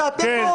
כן.